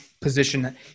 position